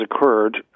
occurred